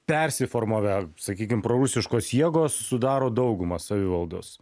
persiformavę sakykim prorusiškos jėgos sudaro daugumą savivaldos